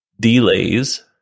delays